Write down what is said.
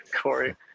Corey